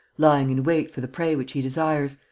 lying in wait for the prey which he desires.